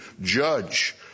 judge